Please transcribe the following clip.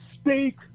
Speak